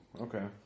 Okay